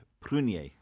Prunier